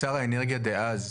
שר האנרגיה דאז,